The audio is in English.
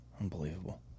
Unbelievable